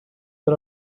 but